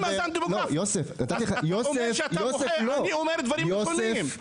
אתה אומר שאתה מוחה, אני אומר דברים נכונים.